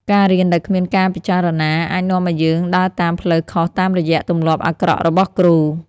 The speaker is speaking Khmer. ការរៀនដោយគ្មានការពិចារណា អាចនាំឱ្យយើងដើរតាមផ្លូវខុសតាមរយៈទម្លាប់អាក្រក់របស់គ្រូ។